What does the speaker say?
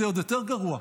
זה עוד יותר גרוע.